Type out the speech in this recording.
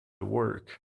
work